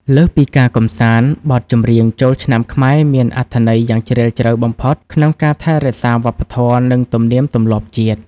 លើសពីការកម្សាន្ត បទចម្រៀងចូលឆ្នាំខ្មែរមានអត្ថន័យយ៉ាងជ្រាលជ្រៅបំផុតក្នុងការថែរក្សាវប្បធម៌ និងទំនៀមទម្លាប់ជាតិ។